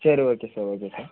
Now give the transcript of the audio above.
சரி okay sir okay sir